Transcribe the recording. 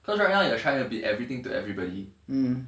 cause right now you are trying to be everything to everybody